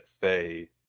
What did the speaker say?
Faye